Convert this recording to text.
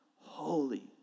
Holy